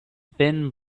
thin